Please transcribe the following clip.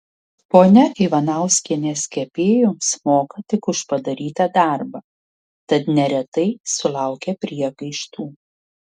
ponia ivanauskienės kepėjoms moka tik už padarytą darbą tad neretai sulaukia priekaištų